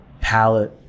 palette